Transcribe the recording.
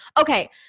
Okay